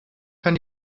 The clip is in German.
kann